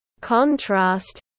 contrast